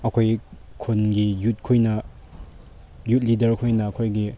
ꯑꯩꯈꯣꯏꯒꯤ ꯈꯨꯟꯒꯤ ꯌꯨꯠꯈꯣꯏꯅ ꯌꯨꯠ ꯂꯤꯗꯔꯈꯣꯏꯅ ꯑꯩꯈꯣꯏꯒꯤ